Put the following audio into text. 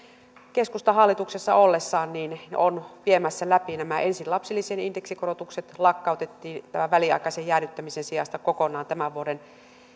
keskusta hallituksessa ollessaan on viemässä läpi nämä ensin lapsilisien indeksikorotukset lakkautettiin tämän väliaikaisen jäädyttämisen sijasta kokonaan tämän vuoden